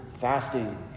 fasting